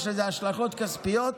יש לזה השלכות כספיות.